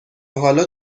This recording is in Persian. حالا